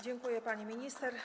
Dziękuję, pani minister.